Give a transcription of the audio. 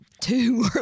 two